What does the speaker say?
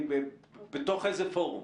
בתוך איזה פורום?